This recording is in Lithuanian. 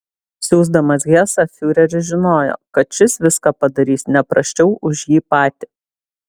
siųsdamas hesą fiureris žinojo kad šis viską padarys ne prasčiau už jį patį